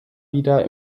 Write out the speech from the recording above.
wieder